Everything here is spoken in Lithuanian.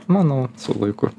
manau su laiku